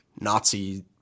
Nazi